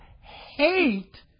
hate